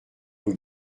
vous